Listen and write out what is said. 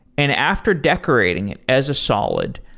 and after decorating it as a solid,